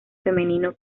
femenino